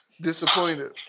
disappointed